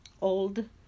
old